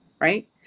right